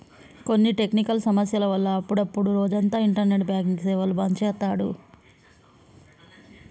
కొన్ని టెక్నికల్ సమస్యల వల్ల అప్పుడప్డు రోజంతా ఇంటర్నెట్ బ్యాంకింగ్ సేవలు బంద్ చేత్తాండ్రు